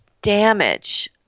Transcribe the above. damage